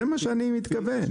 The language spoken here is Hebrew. זה מה שאני מתכוון אליו.